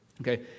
Okay